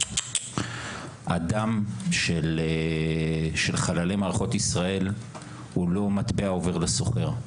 הדם של חללי מערכות ישראל הוא לא מטבע עובר לסוחר,